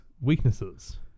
Weaknesses